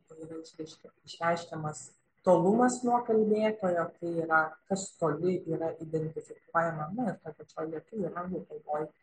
tai reiškia išreiškiamas tolumas nuo kalbėtojo tai yra kas toli yra identifikuojama na ir toj pačioj lietuvių ir anglų kalboj